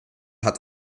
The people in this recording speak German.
hat